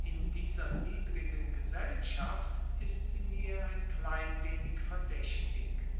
in dieser niedrigen gesellschaft ist sie mir ein klein wenig verdächtig